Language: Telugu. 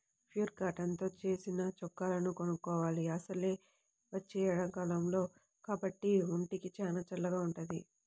ప్యూర్ కాటన్ తో నేసిన చొక్కాలను కొనుక్కోవాలి, అసలే వచ్చేది ఎండాకాలం కాబట్టి ఒంటికి చానా చల్లగా వుంటది